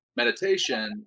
Meditation